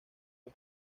los